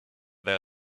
there